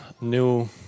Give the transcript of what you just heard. new